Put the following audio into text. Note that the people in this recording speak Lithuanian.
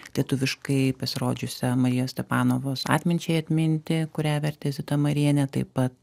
lietuviškai pasirodžiusią marijos stepanovos atminčiai atminti kurią vertė zita marienė taip pat